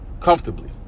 Comfortably